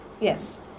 Yes